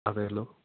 അതേല്ലോ